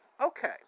Okay